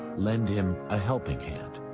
lend him a helping hand.